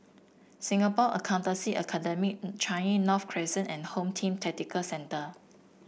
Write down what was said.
Singapore Accountancy Academy Changi North Crescent and Home Team Tactical Centre